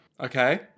Okay